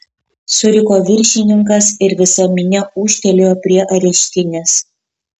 suriko viršininkas ir visa minia ūžtelėjo prie areštinės